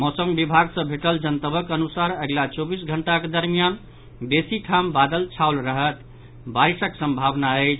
मौसम विभाग सॅ भेटल जनतबक अनुसार अगिला चौबीस घंटाक दरमियान बेसी ठाम बादल छाओल रहत आ बारिशक संभावना अछि